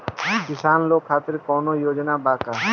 किसान लोग खातिर कौनों योजना बा का?